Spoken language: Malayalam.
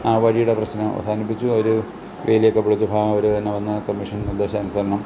ആ വഴിയുടെ പ്രശ്നം അവസാനിപ്പിച്ചു അവർ എഴുതിയൊക്കെ കൊടുത്തപ്പം അവർ തന്നെ വന്നു കമ്മീഷൻ നിർദ്ദേശാനുസരണം